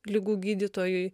ligų gydytojui